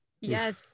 Yes